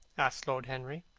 asked lord henry.